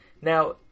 Now